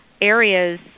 areas